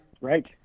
right